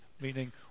meaning